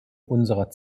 unserer